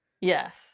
Yes